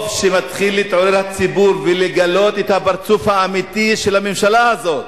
טוב שהציבור מתחיל להתעורר ולגלות את הפרצוף האמיתי של הממשלה הזאת,